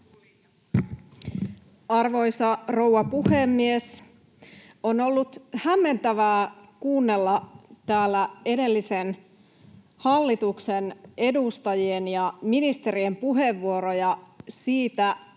Arvoisa rouva puhemies! On ollut hämmentävää kuunnella täällä edellisen hallituksen edustajien ja ministerien puheenvuoroja. Vielä